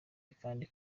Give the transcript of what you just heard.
kandi